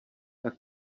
tak